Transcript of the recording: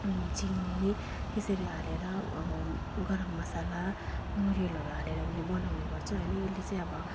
चिनी यसरी हालेर अब गरम मसला नरिवलहरू हालेर उसले बनाउने गर्छ यसले चाहिँ अब